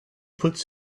puts